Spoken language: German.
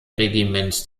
regiment